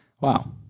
wow